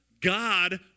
God